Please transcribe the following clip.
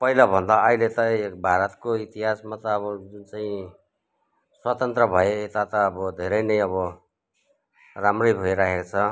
पहिलाभन्दा अहिले त भारतको इतिहासमा त अब जुन चाहिँ स्वतन्त्र भए यता त अब धेरै नै अब राम्रै भइराखेको छ